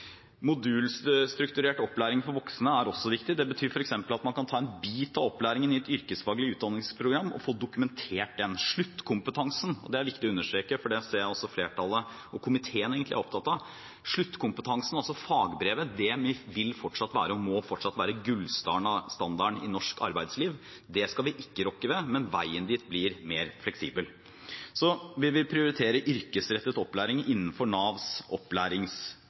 Modulstrukturert opplæring for voksne er også viktig. Det betyr f.eks. at man kan ta en bit av opplæringen i et yrkesfaglig utdanningsprogram og få dokumentert den. Sluttkompetansen, altså fagbrevet – det er viktig å understreke, og det ser jeg at også flertallet og komiteen egentlig er opptatt av – vil, og må, fortsatt være gullstandarden i norsk arbeidsliv, det skal vi ikke rokke ved, men veien dit blir mer fleksibel. Så vil vi prioritere yrkesrettet opplæring innenfor Navs